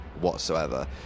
whatsoever